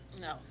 No